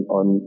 on